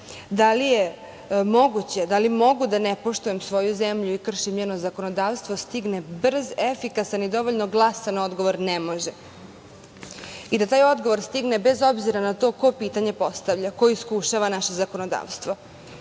da li je moguće, da li mogu da ne poštujem svoju zemlju i kršim njeno zakonodavstvo, stigne brz, efikasan i dovoljno glasan odgovor – ne može i da taj odgovor stigne bez obzira na to ko pitanje postavlja, ko iskušava naše zakonodavstvo. Isto